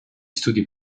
studi